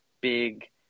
big